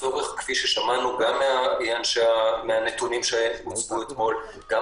כפי ששמענו גם מהנתונים שהוצגו אתמול וגם